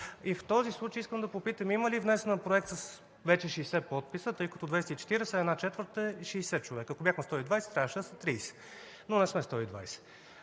В този случай искам да попитам: има ли внесен проект вече с 60 подписа? Тъй като на 240 една четвърт е 60 човека. Ако бяхме 120, трябваше да са 30, но не сме 120.